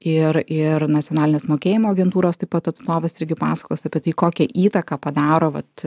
ir ir nacionalinės mokėjimo agentūros taip pat atstovas irgi pasakos apie tai kokią įtaką padaro vat